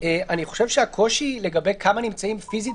אני חושב שהקושי לגבי כמה נמצאים פיזית